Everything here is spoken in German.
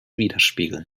widerspiegeln